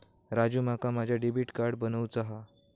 राजू, माका माझा debit card बनवूचा हा